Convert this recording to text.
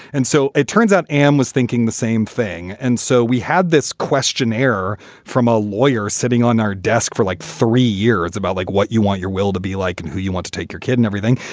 and so it turns out and was thinking the same thing. and so we had this questionnaire from a lawyer sitting on our desk for like three years about like what you want your will to be like, who you want to take, your kid and everything.